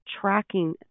tracking